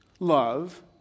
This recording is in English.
Love